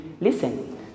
Listen